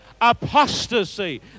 apostasy